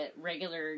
regular